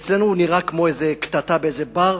אצלנו הוא נראה כמו איזו קטטה באיזה בר,